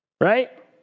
right